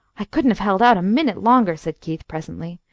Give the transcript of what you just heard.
i couldn't have held out a minute longer, said keith, presently.